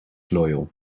loyal